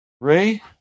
Ray